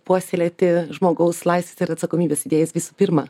puoselėti žmogaus laisvės ir atsakomybės idėjas visų pirma